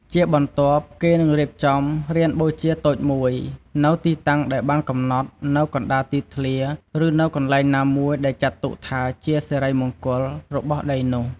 ជាបន្ទាប់គេនឹងរៀបចំ រានបូជាតូចមួយ នៅទីតាំងដែលបានកំណត់នៅកណ្ដាលទីធ្លា ឬនៅកន្លែងណាមួយដែលចាត់ទុកថាជាសិរីមង្គលរបស់ដីនោះ។